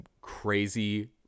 crazy